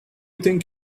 think